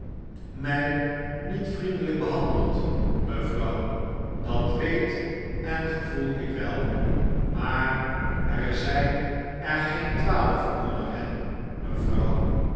mi niet vriendelijk behandeld mevrouw dat weet en gevoel ik wel maar er zijn er geen twaalf onder hen mevrouw